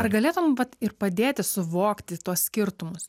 ar galėtum vat ir padėti suvokti tuos skirtumus